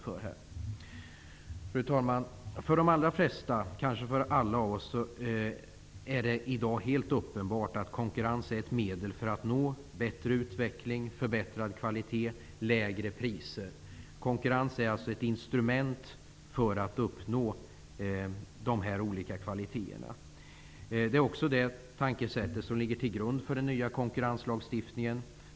För de allra flesta, kanske för alla av oss, är det i dag helt uppenbart att konkurrens är ett medel för att nå bättre utveckling, förbättrad kvalitet och lägre priser. Konkurrens är alltså ett instrument med vars hjälp vi kan uppnå de här olika kvaliteterna. Det är också det tankesättet som ligger till grund för den nya konkurrenslagstiftningen.